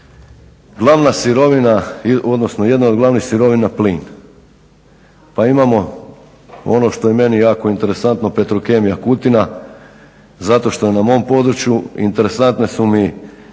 jedna od glavnih sirovina plin. Pa imamo ono što je meni jako interesantno Petrokemija Kutina zato što je na mom području. Interesantne su mi